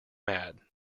mad